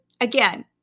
again